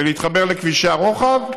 ולהתחבר לכבישי הרוחב.